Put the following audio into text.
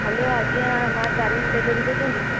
hello ଆଜ୍ଞା Maa Tarini tailor ରୁ କହୁଛନ୍ତି କି